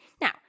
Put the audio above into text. Now